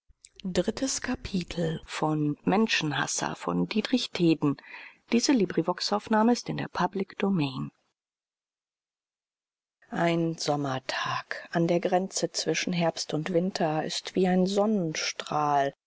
ein sommertag an der grenze zwischen herbst und winter ist wie ein sonnenstrahl